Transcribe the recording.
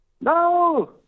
No